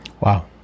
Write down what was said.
Wow